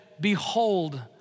behold